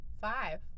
five